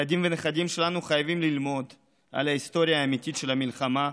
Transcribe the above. הילדים והנכדים שלנו חייבים ללמוד על ההיסטוריה האמיתית של המלחמה,